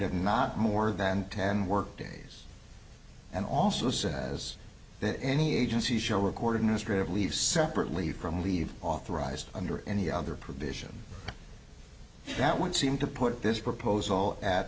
of not more than ten work days and also says that any agency show record in history of leave separately from leave authorized under any other provision that would seem to put this proposal at